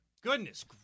Goodness